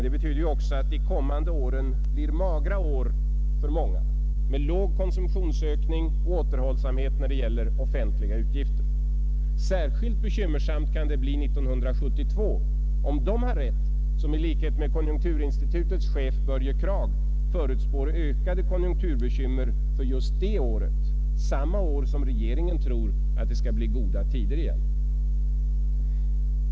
Det betyder att de kommande åren blir magra år för många, med låg konsumtionsökning och återhållsamhet när det gäller offentliga utgifter. Särskilt bekymmersamt kan det bli 1972, om de har rätt som i likhet med konjunkturinstitutets chef Börje Kragh förutspår ökade konjunkturbekymmer för just det året — samma år som regeringen tror att det skall bli goda tider igen.